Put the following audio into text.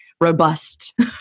robust